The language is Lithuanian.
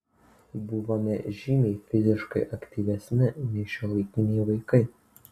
buvome žymiai fiziškai aktyvesni nei šiuolaikiniai vaikai